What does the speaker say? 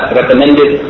recommended